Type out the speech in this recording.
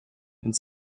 ins